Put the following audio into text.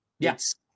Yes